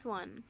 one